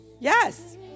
Yes